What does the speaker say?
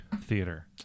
theater